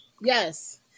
Yes